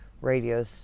radios